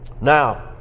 Now